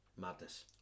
Madness